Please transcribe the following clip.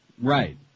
Right